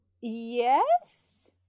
Yes